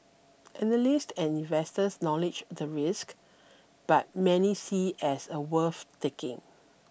analysts and investors knowledge the risk but many see it as a worth taking